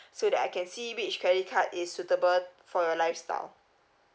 so that I can see which credit card is suitable for your lifestyle